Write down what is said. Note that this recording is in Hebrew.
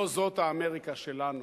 לא זאת האמריקה שלנו.